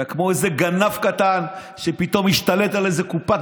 אתה כמו איזה גנב קטן שפתאום השתלט על איזו קופת